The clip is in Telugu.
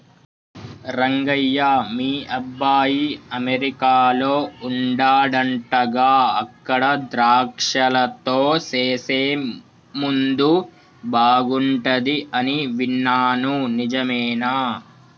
రంగయ్య మీ అబ్బాయి అమెరికాలో వుండాడంటగా అక్కడ ద్రాక్షలతో సేసే ముందు బాగుంటది అని విన్నాను నిజమేనా